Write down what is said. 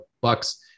Bucks